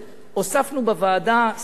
הוספנו בוועדה סעיף נוסף.